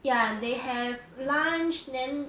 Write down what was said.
yeah they have lunch then